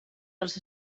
dels